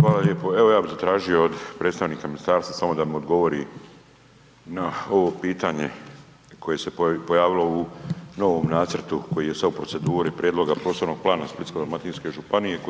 Hvala lijepo. Evo ja bih zatražio od predstavnika ministarstva damo da mi odgovori na ovo pitanje koje se pojavilo u novom nacrtu koji je sada u proceduri Prijedloga prostornog plana Splitsko-dalmatinske županije,